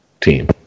team